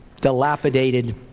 dilapidated